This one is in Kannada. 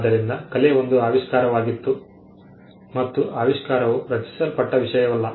ಆದ್ದರಿಂದ ಕಲೆ ಒಂದು ಆವಿಷ್ಕಾರವಾಗಿತ್ತು ಮತ್ತು ಆವಿಷ್ಕಾರವು ರಚಿಸಲ್ಪಟ್ಟ ವಿಷಯವಲ್ಲ